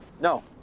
No